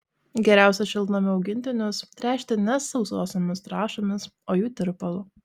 geriausia šiltnamio augintinius tręšti ne sausosiomis trąšomis o jų tirpalu